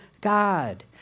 God